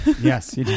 Yes